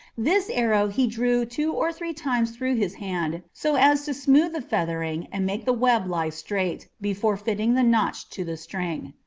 this arrow he drew two or three times through his hand so as to smooth the feathering and make the web lie straight, before fitting the notch to the string.